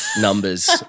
numbers